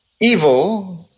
evil